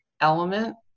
element